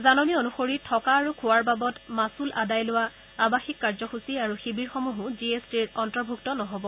জাননী অনুসৰি থকা আৰু খোৱাৰ বাবদ মাচুল আদায় লোৱা আৱাসিক কাৰ্যসূচী আৰু শিৱিৰসমূহো জি এছ টিৰ অন্তৰ্ভুক্ত নহব